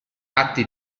atti